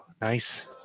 nice